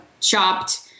chopped